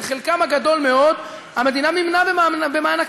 אצל חלקם הגדול מאוד המדינה מימנה במענקים,